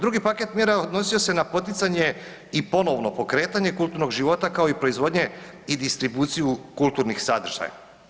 Drugi paket mjera odnosio se na poticanje i ponovno pokretanje kulturnog života, kao i proizvodnje i distribucije kulturnih sadržaja.